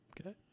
Okay